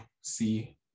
see